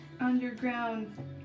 Underground